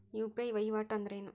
UPI ವಹಿವಾಟ್ ಅಂದ್ರೇನು?